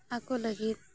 ᱟᱠᱚ ᱞᱟᱹᱜᱤᱫ